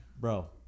bro